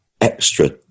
extra